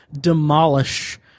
demolish